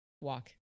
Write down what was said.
Walk